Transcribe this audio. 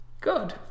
Good